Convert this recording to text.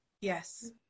Yes